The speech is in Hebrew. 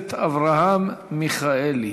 הכנסת אברהם מיכאלי.